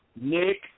Nick